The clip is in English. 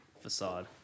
facade